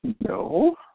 No